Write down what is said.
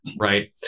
Right